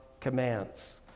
commands